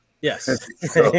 Yes